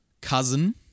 Cousin